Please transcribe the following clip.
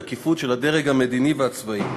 בתקיפות של הדרג המדיני והצבאי,